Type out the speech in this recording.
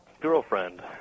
girlfriend